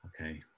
okay